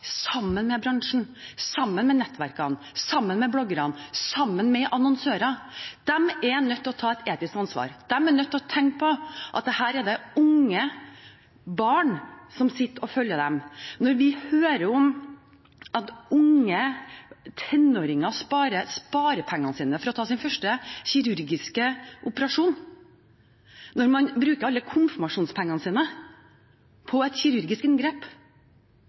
er nødt til å ta et etisk ansvar. De er nødt til å tenke på at det er unge og barn som sitter og følger dem. Når vi hører om at unge tenåringer sparer pengene sine for å ta sin første kirurgiske operasjon, når man bruker alle konfirmasjonspengene sine på et kirurgisk inngrep